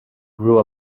grew